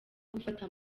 gufata